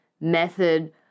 method